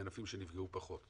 מענפים שנפגעו פחות.